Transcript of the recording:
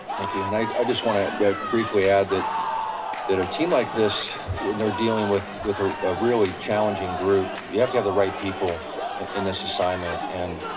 thank you. and i just want to briefly add that in a team like this, when they're dealing with with ah a really challenging group, you have to have the right people in this assignment and